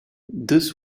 this